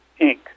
Inc